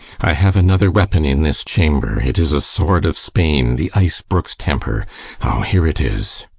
i have another weapon in this chamber it is a sword of spain, the ice-brook's temper o, here it is